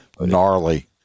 Gnarly